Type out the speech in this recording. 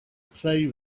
play